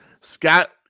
Scott